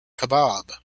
kebab